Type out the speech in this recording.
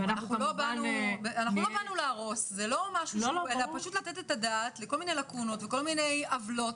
לא באנו להרוס אלא לתת את הדעת לכל מיני לקונות ולכל מיני עוולות